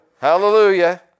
Hallelujah